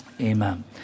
amen